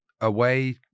away